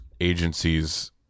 agencies